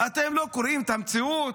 אתם לא רואים את המציאות?